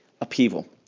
upheaval